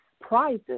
prizes